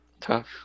Tough